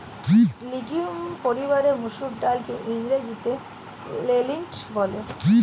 legume পরিবারের মুসুর ডালকে ইংরেজিতে লেন্টিল বলে